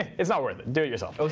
it's not worth it. do it yourself.